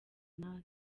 natwe